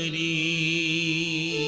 e